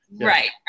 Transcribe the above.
Right